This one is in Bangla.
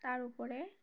তার উপরে